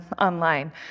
online